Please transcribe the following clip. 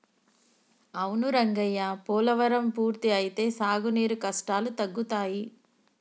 అవును రంగయ్య పోలవరం పూర్తి అయితే సాగునీరు కష్టాలు తగ్గుతాయి